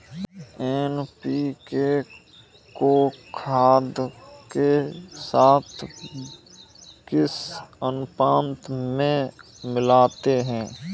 NPK को खाद के साथ किस अनुपात में मिलाते हैं?